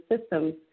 systems